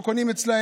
שלא קונים אצלם,